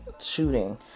shooting